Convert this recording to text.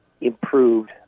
improved